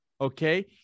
Okay